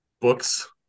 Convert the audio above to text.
books